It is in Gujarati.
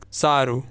સારું